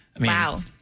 Wow